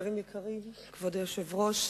כבוד היושב-ראש,